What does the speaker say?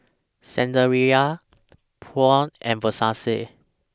Saizeriya Braun and Versace